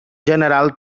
general